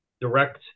direct